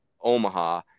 Omaha